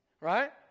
Right